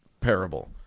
parable